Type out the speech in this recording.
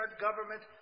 government